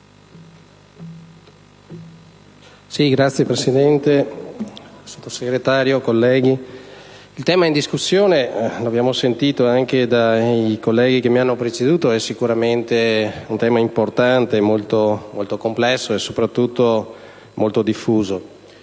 il tema in discussione - lo abbiamo sentito dire anche dai colleghi che mi hanno preceduto - è sicuramente importante, molto complesso e soprattutto molto diffuso.